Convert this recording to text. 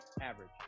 average